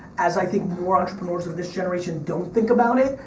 as i think more entrepreneurs of this generation don't think about it,